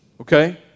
okay